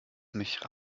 mich